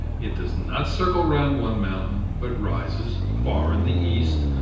it does not circle round one mountain, but rises far in the east,